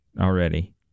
already